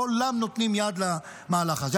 כולם נותנים יד למהלך הזה.